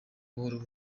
buhoro